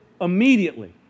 immediately